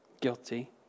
Guilty